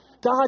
God